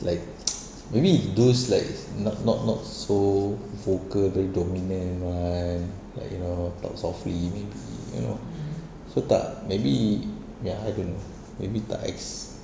like maybe those like not not not so vocal very dominant one like you know talk softly maybe you know so tak maybe ya I don't know maybe tak